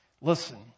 listen